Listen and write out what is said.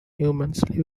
humans